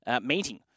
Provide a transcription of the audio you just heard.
meeting